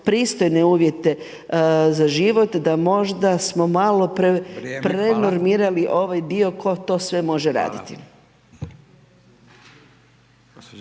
pristojne uvjete za život, da možda smo malo prenormirali ovaj dio tko to sve može raditi.